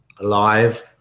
alive